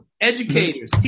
Educators